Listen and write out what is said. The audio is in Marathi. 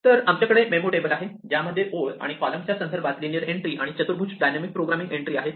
तर आमच्याकडे मेमो टेबल आहे ज्यामध्ये ओळ आणि कॉलमच्या संदर्भात लिनियर एन्ट्री आणि चतुर्भुज डायनॅमिक प्रोग्रामिंग एंट्री आहेत